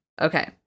okay